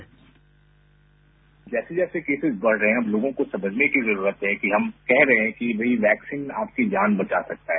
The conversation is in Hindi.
बाईट जैसे जैसे केसेज बढ़ रहे हैं हमलोगों को समझने की जरूरत है कि हम कह रहे हैं कि वैक्सीन आपकी जान बचा सकता है